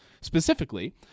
Specifically